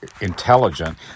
intelligent